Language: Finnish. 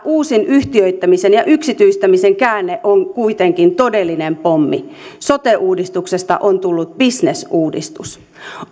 uusin yhtiöittämisen ja yksityistämisen käänne on kuitenkin todellinen pommi sote uudistuksesta on tullut bisnesuudistus